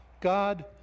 God